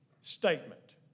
statement